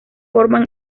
forman